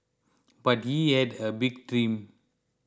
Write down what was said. but he had a big dream